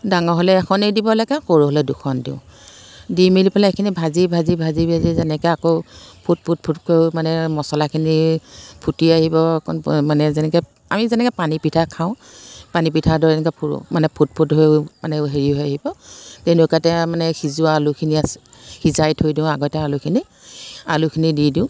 ডাঙৰ হ'লে এখনেই দিব লাগে সৰু হ'লে দুখন দিওঁ দি মেলি পেলাই এইখিনি ভাজি ভাজি ভাজি ভাজি যেনেকৈ আকৌ ফুট ফুট ফুটকৈ মানে মচলাখিনি ফুটি আহিব অকণ মানে যেনেকৈ আমি যেনেকৈ পানী পিঠা খাওঁ পানী পিঠাৰ দৰে এনেকৈ ফু মানে ফুট ফুট হৈ মানে হেৰি হৈ আহিব তেনেকুৱাতে আৰু মানে সিজোৱা আলুখিনি আছে সিজাই থৈ দিওঁ আগতে আলুখিনি আলুখিনি দি দিওঁ